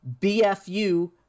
BFU